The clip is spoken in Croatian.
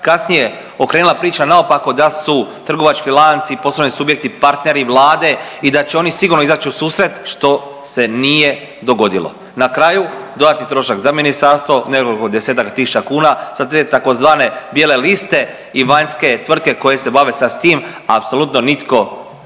kasnije okrenula priča naopako da su trgovački lanci i poslovni subjekti partneri Vlade i da će oni sigurno izaći u susret što se nije dogodilo. Na kraju dodatni trošak za ministarstvo, nekoliko tisuća kuna za te tzv. bijele liste i vanjske tvrtke koje se bave sad s tim, a apsolutno nitko od